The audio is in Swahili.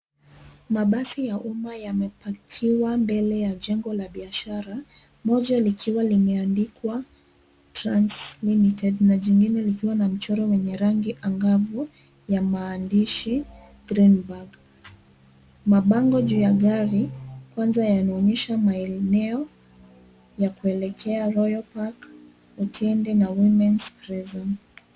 Mabasi ya umma yamepakiwa mbele ya jengo ya biashara moja likiwa limeandikwa trans limited na jingine likiwa na mchoro wenye rangi angavu ya maandishi green bag . Mabango juu ya gari kwanza yanaonyesha maeneo ya kuelekea royal park , Otiende na women's prison .